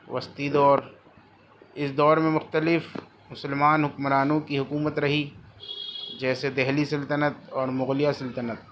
وسطی دور اس دور میں مختلف مسلمان حکمرانوں کی حکومت رہی جیسے دہلی سلطنت اور مغلیہ سلطنت